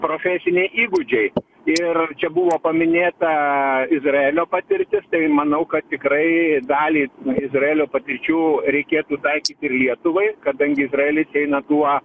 profesiniai įgūdžiai ir čia buvo paminėta izraelio patirtis tai manau kad tikrai dalį izraelio patirčių reikėtų taikyt ir lietuvai kadangi izraelis eina tuo